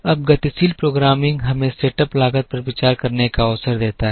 अब गतिशील प्रोग्रामिंग हमें सेटअप लागत पर विचार करने का अवसर देता है